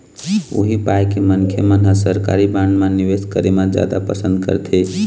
उही पाय के मनखे मन ह सरकारी बांड म निवेस करे म जादा पंसद करथे